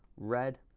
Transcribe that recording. red,